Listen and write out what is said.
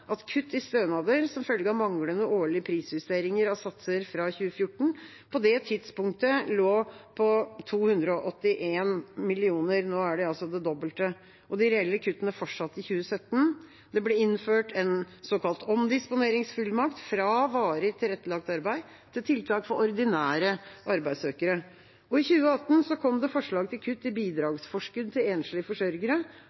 at kutt i stønader som følge av manglende årlige prisjusteringer av satser fra 2014 på det tidspunktet lå på 281 mill. kr. Nå er det altså det dobbelte. De reelle kuttene fortsatte i 2017. Det ble innført en såkalt omdisponeringsfullmakt fra varig tilrettelagt arbeid til tiltak for ordinære arbeidssøkere. I 2018 kom det forslag til kutt i